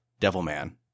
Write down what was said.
Devilman